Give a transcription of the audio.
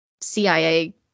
CIA